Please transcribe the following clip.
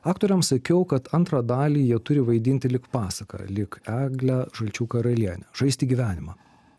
aktoriams sakiau kad antrą dalį jie turi vaidinti lyg pasaką lyg eglę žalčių karalienę žaisti gyvenimą